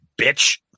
bitch